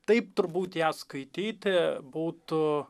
taip turbūt ją skaityti būtų